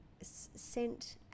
sent